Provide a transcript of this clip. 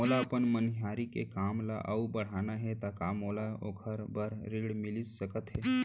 मोला अपन मनिहारी के काम ला अऊ बढ़ाना हे त का मोला ओखर बर ऋण मिलिस सकत हे?